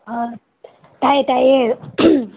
ꯑꯥ ꯇꯥꯏꯌꯦ ꯇꯥꯤꯌꯦ